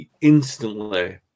instantly